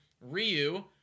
Ryu